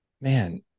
man